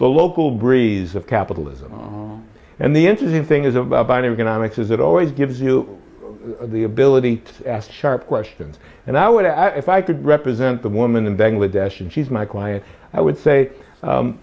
the local breeze of capitalism and the interesting thing is about binding going on mixes it always gives you the ability to ask sharp questions and i would if i could represent the woman in bangladesh and she's my client i would say